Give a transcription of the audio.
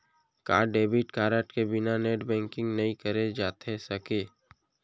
का debit card के बिना नेट बैंकिंग नई करे जाथे सके?